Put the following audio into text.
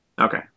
Okay